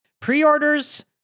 Pre-orders